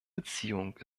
beziehung